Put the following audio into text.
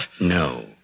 No